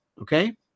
Okay